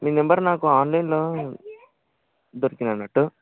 మీ number నాకు ఆన్లైన్లో దొరికింది అన్నట్టు